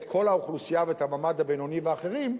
את כל האוכלוסייה ואת המעמד הבינוני ואחרים,